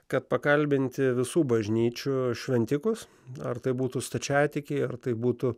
kad pakalbinti visų bažnyčių šventikus ar tai būtų stačiatikiai ar tai būtų